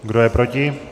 Kdo je proti?